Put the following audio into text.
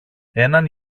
έναν